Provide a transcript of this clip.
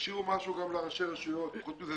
תשאירו משהו גם לראשי רשויות וחוץ מזה,